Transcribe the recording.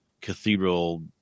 cathedral